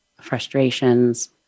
frustrations